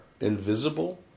invisible